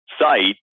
site